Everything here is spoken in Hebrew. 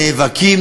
נאבקים,